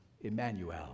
Emmanuel